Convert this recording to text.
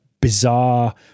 bizarre